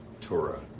Torah